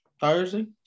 Thursday